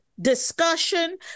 discussion